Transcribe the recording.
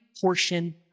portion